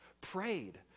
prayed